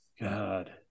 God